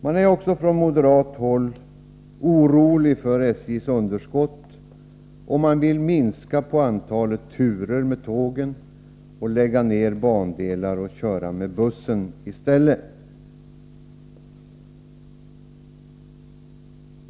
Man är också från moderat håll orolig för SJ:s underskott, och man vill minska antalet turer med tågen, lägga ner bandelar och köra med buss i stället.